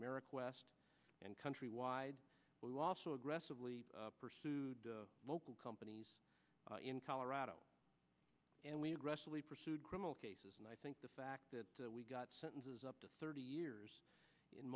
america west and countrywide who also aggressively pursued local companies in colorado and we aggressively pursued criminal cases and i think the fact that we got sentences up to thirty years